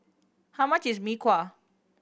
how much is Mee Kuah